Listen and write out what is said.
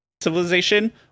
civilization